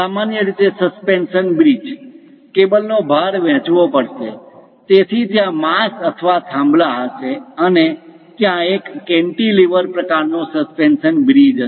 સામાન્ય રીતે suspension bridge કેબલનો ભાર વહેંચવો પડે છે તેથી ત્યાં માસ અથવા થાંભલા હશે અને ત્યાં એક કેન્ટિલિવર પ્રકારનો સસ્પેન્શન બ્રિજ હશે